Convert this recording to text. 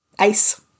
Ace